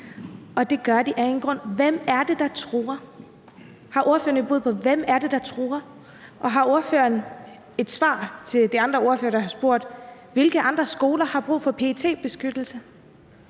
at de bliver det af en grund. Hvem er det, der truer dem? Har ordføreren et bud på, hvem der truer dem? Og har ordføreren et svar på det spørgsmål, som de andre ordførere har stillet: Hvilke andre skoler har brug for PET-beskyttelse?